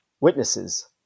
witnesses